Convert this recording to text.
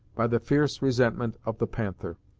by the fierce resentment of the panther.